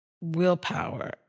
willpower